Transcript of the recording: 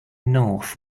north